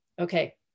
Okay